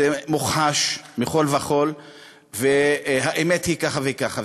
זה מוכחש מכול וכול והאמת היא ככה וככה,